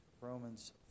Romans